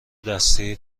دستی